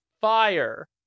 Fire